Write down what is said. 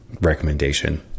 recommendation